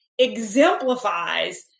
exemplifies